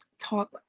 talk